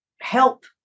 help